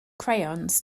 crayons